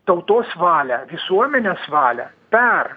tautos valią visuomenės valią per